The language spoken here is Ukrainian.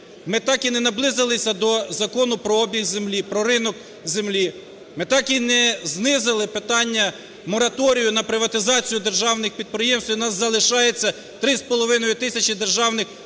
ми так і не наблизилися до Закону про обіг землі, про ринок землі, ми так і не знизили питання мораторію на приватизацію державних підприємств і в нас залишається 3,5 тисячі державних підприємств